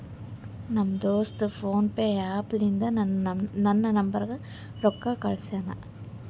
ನಮ್ ದೋಸ್ತ PhonePe app ಲಿಂತಾ ನನ್ ನಂಬರ್ಗ ರೊಕ್ಕಾ ಕಳ್ಸ್ಯಾನ್